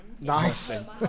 Nice